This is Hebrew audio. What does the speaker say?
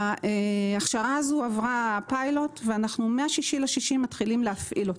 ההכשרה הזו עברה פיילוט ואנחנו מה-6 ביוני מתחילים להפעיל אותה.